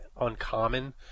uncommon